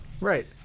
Right